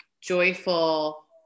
joyful